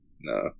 No